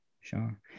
sure